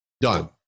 done